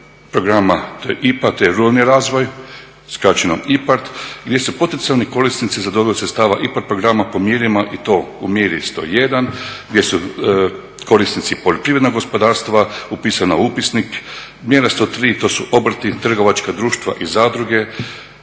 programa IPA, to je ruralni razvoj, skraćeno IPAR, gdje su potencijalni korisnici za … sredstava i potprograma … i to u mjeri 101 gdje su korisnici poljoprivredna gospodarstva, upisana u upisnik. Mjera 103, to su obrti, trgovačka društva i zadruge,